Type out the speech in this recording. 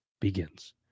begins